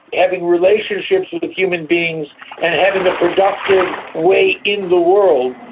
having relationships with with human beings and having a productive way in the world,